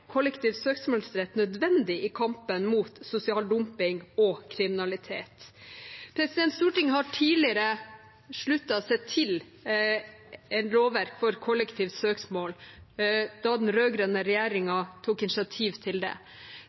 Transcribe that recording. kollektiv søksmålsrett nødvendig i kampen mot sosial dumping og kriminalitet. Stortinget har tidligere sluttet seg til lovverk for kollektivt søksmål da den rød-grønne regjeringen tok initiativ til det.